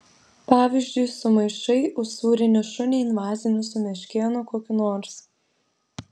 pavyzdžiui sumaišai usūrinį šunį invazinį su meškėnu kokiu nors